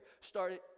Started